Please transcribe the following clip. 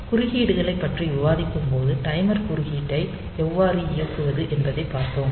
குறுக்கீடுகளைப் பற்றி விவாதிக்கும்போது டைமர் குறுக்கீட்டை எவ்வாறு இயக்குவது என்பதைப் பார்த்தோம்